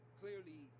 clearly